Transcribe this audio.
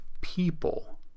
people